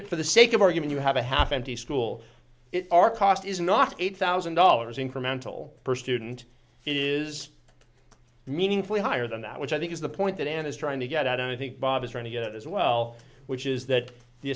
and for the sake of argument you have a half empty school if our cost is not eight thousand dollars incremental per student is meaningfully higher than that which i think is the point that ann is trying to get out i think bob is trying to get as well which is that the